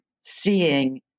seeing